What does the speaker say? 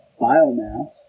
biomass